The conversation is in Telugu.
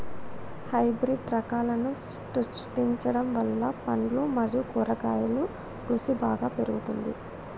హైబ్రిడ్ రకాలను సృష్టించడం వల్ల పండ్లు మరియు కూరగాయల రుసి బాగా పెరుగుతుంది